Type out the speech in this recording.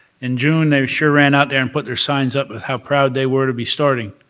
in june they sure ran out there and put their signs up with how proud they were to be starting,